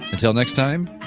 until next time,